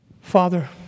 Father